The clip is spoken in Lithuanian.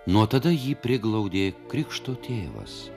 nuo tada jį priglaudė krikšto tėvas